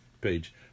page